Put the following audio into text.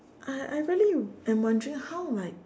I I really am wondering how like